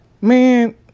Man